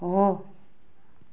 हो